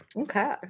Okay